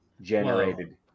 generated